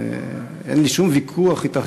אין לי שום ויכוח אתך,